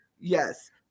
yes